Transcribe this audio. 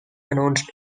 announced